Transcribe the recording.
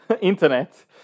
internet